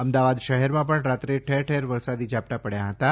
અમદાવાદ શહેરમાં પણ રાત્રે ઠેરઠેર વરસાદી ઝાપટાં પડ્યાં હતાં